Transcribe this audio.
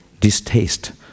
distaste